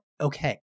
okay